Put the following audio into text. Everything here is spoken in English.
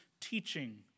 teaching